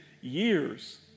years